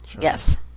Yes